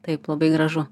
taip labai gražu